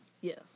Yes